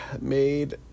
made